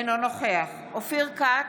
אינו נוכח אופיר כץ,